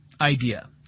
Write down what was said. idea